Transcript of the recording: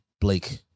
Blake